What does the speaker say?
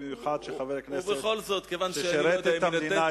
חבר הכנסת ששירת את המדינה,